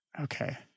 Okay